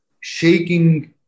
shaking